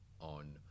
on